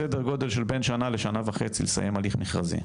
סדר גודל של בין שנה לשנה וחצי לסיים הליך מכרזי.